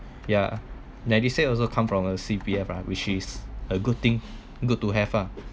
yeah MediSave also come from a C_P_F ah which is a good thing good to have ah